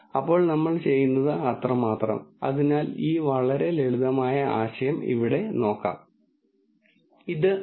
മേശപ്പുറത്തുള്ളതെല്ലാം എണ്ണാൻ ഞാൻ നിങ്ങളോട് ആവശ്യപ്പെടുകയാണെങ്കിൽ നിങ്ങൾക്ക് കാണാൻ കഴിയുന്നവ മാത്രമേ നിങ്ങൾക്ക് എണ്ണാൻ കഴിയൂ അല്ലാത്തവ എണ്ണാൻ കഴിയില്ല